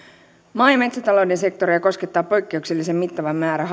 maa ja metsätalouden sektoria koskettaa poikkeuksellisen mittava määrä